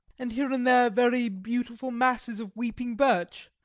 and here and there very beautiful masses of weeping birch,